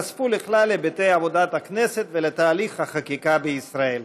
ייחשפו לכלל היבטי עבודת הכנסת ולתהליך החקיקה בישראל.